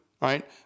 right